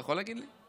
אתה יכול להגיד לי?